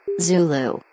Zulu